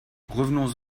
revenons